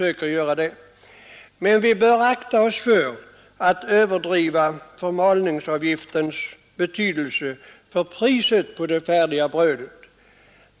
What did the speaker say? Men vi bör akta oss för att överdriva den avgiftens betydelse för priset på bröd.